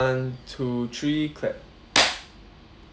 one two three clap